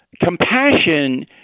compassion